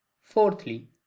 Fourthly